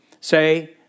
say